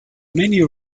many